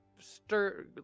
stir